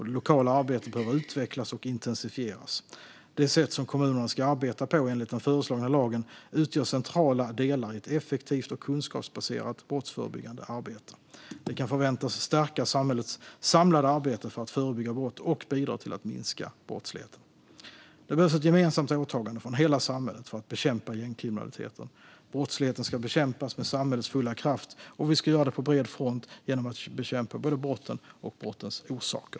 Det lokala arbetet behöver utvecklas och intensifieras. Det sätt som kommunerna ska arbeta på enligt den föreslagna lagen utgör centrala delar i ett effektivt och kunskapsbaserat brottsförebyggande arbete. Det kan förväntas förstärka samhällets samlade arbete för att förebygga brott och bidra till att minska brottsligheten. Det behövs ett gemensamt åtagande från hela samhället för att bekämpa gängkriminaliteten. Brottsligheten ska bekämpas med samhällets fulla kraft, och vi ska göra det på bred front genom att bekämpa både brotten och brottens orsaker.